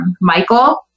Michael